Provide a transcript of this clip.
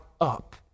up